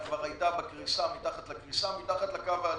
היא כבר הייתה בקריסה, מתחת לקו האדום.